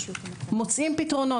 מוציאם פתרונות.